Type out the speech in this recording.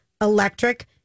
Electric